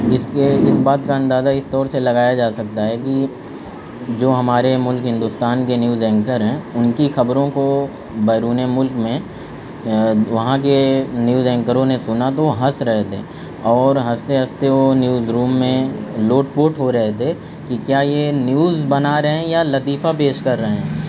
اس کے اس بات کا اندازہ اس طور سے لگایا جا سکتا ہے کہ جو ہمارے ملک ہندوستان کے نیوز اینکر ہیں ان کی خبروں کو بیرون ملک میں وہاں کے نیوز اینکروں نے سنا تو ہنس رہے تھے اور ہنستے ہنستے وہ نیوز روم میں لوٹ پوٹ ہو رہے تھے کہ کیا یہ نیوز بنا رہے ہیں یا لطیفہ پیش کر رہے ہیں